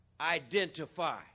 Identify